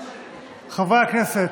חברי הכנסת,